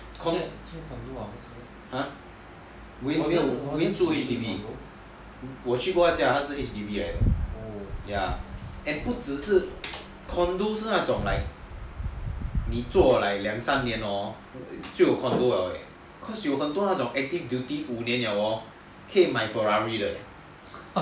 wayne 住 H_D_B 我去过他的家他是 H_D_B 来的 and condo 是那种你做两三年就可以买 condo liao 因为有很多那种 hor active duty 五年了可以买 ferrari 的 eh